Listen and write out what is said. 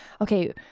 okay